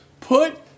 put